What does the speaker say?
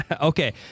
Okay